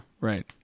Right